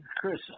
Chris